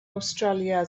awstralia